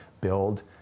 build